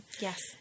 Yes